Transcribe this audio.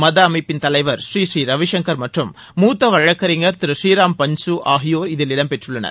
மத அமைப்பின் தலைவர் ஸ்ரீ ஸ்ரீ ரவிசுங்கர் மற்றும் மூத்த வழக்கறிஞர் திரு ஸ்ரீராம் பஜ்சு ஆகியோர் இதில் இடம்பெற்றுள்ளனர்